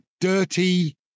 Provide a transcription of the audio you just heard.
dirty